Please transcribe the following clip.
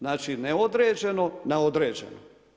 Znači neodređeno na određeno.